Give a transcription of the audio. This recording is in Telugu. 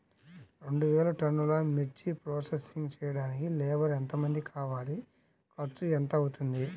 రెండు వేలు టన్నుల మిర్చి ప్రోసెసింగ్ చేయడానికి లేబర్ ఎంతమంది కావాలి, ఖర్చు ఎంత అవుతుంది?